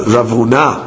Ravuna